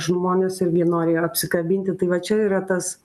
žmonės irgi jie nori ir apsikabinti tai va čia yra tas